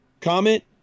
comment